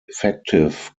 effective